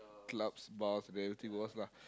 clubs bars variety bars lah